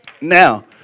Now